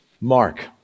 Mark